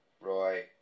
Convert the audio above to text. Roy